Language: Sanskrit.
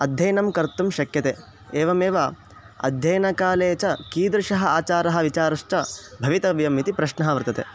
अध्ययनं कर्तुं शक्यते एवमेव अध्ययनकाले च कीदृशः आचारः विचारश्च भवितव्यम् इति प्रश्नः वर्तते